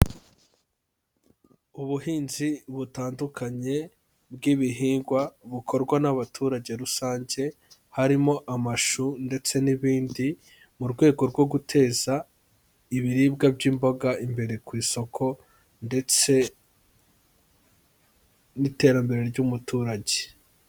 Ubuhinzi butandukanye bw'ibihingwa bukorwa n'abaturage rusange, harimo amashu ndetse n'ibindi, mu rwego rwo guteza ibiribwa by'imboga imbere ku isoko ndetse n'iterambere ry'umuturage.